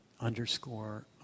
underscore